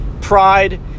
pride